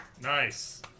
Nice